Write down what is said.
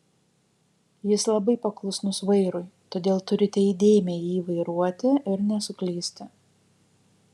jis labai paklusnus vairui todėl turite įdėmiai jį vairuoti ir nesuklysti